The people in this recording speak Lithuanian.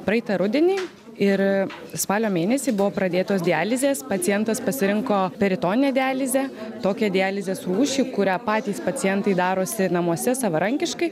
praeitą rudenį ir spalio mėnesį buvo pradėtos dializės pacientas pasirinko peritoninę dializę tokią dializės rūšį kurią patys pacientai darosi namuose savarankiškai